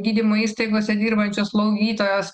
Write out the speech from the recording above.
gydymo įstaigose dirbančios slaugytojos